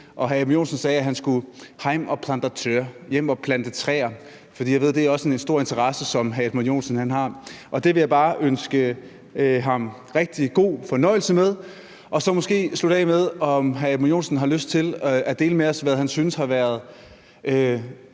Joensen sagde, at han skulle hjem og plante træer. Jeg ved, at det også er en stor interesse, som hr. Edmund Joensen har, og det vil jeg bare ønske ham rigtig god fornøjelse med. Og så vil jeg måske slutte af med at spørge, om hr. Edmund Joensen har lyst til at dele med os, hvad han synes har været